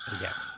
Yes